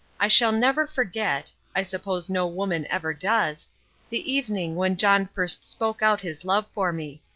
i shall never forget i suppose no woman ever does the evening when john first spoke out his love for me.